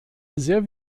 sehr